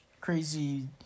...crazy